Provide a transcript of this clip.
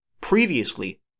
Previously